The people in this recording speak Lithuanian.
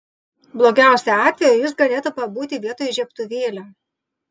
blogiausiu atveju jis galėtų pabūti vietoj žiebtuvėlio